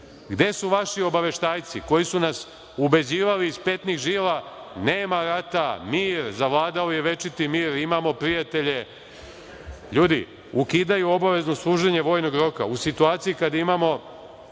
Gde su vaši obaveštajci koji su nas ubeđivali iz petnih žila, nema rata, mir, zavladao je večiti mir, imamo prijatelje. Ljudi, ukidaju obavezu služenja vojnog roka u situaciji kada imamo